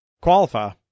qualify